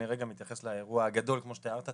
אני רגע מתייחס לאירוע הגדול כמו שתיארת,